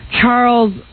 Charles